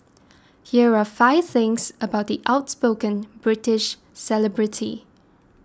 here are five things about the outspoken British celebrity